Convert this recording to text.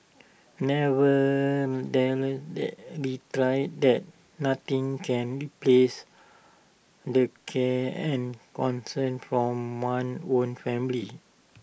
never reiterated that nothing can replace the care and concern from one's own family